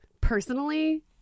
Personally